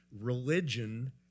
Religion